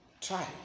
try